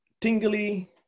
tingly